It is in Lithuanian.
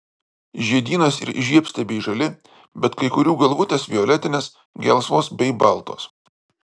žiedynas ir žiedstiebiai žali bet kai kurių galvutės violetinės gelsvos bei baltos